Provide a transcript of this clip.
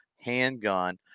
handgun